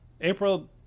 april